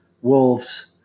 wolves